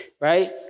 Right